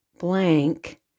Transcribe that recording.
blank